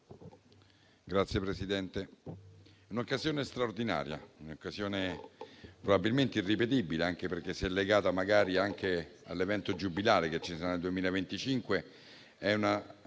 quella presente è un'occasione straordinaria, probabilmente irripetibile, anche perché, se legata magari anche all'evento giubilare che ci sarà nel 2025,